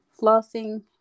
Flossing